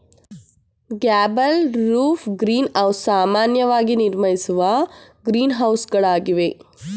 gable roofed green house ಸಾಮಾನ್ಯವಾಗಿ ನಿರ್ಮಿಸುವ ಗ್ರೀನ್ಹೌಸಗಳಾಗಿವೆ